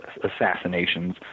Assassinations